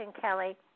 Kelly